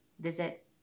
visit